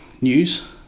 news